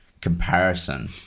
comparison